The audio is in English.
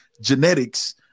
genetics